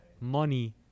money